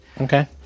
Okay